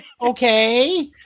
Okay